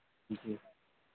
जी